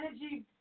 energy